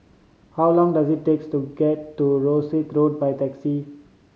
how long does it takes to get to Rosyth Road by taxi